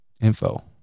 info